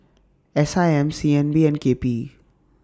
S I M C N B and K P E